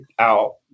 out